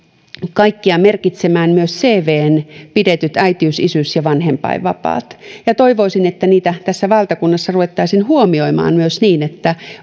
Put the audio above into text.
kaikkia merkitsemään myös cvhen pidetyt äitiys isyys ja vanhempainvapaat ja toivoisin että niitä tässä valtakunnassa ruvettaisiin huomioimaan myös niin että